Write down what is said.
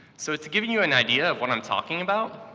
so to give you you an idea of what i'm talking about,